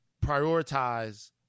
prioritize